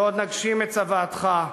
ועוד נגשים את צוואתך,